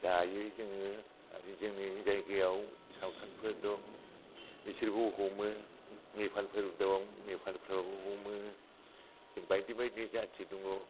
जायो जोङो आरो जोंनि जायगायाव सावथालफोर दं बिसोरबो हमो मेफालफोर दं मेफालफ्राबो हमो जों बायदि बायदि जाथि दङ